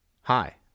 Hi